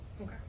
Okay